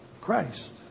Christ